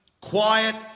quiet